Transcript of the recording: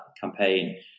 campaign